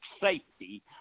safety